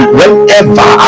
whenever